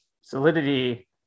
Solidity